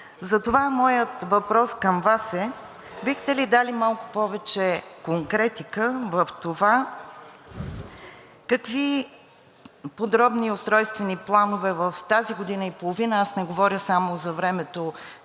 Затова моят въпрос към Вас е, бихте ли дали малко повече конкретика в това какви подробни устройствени планове в тази година и половина – аз не говоря само за времето,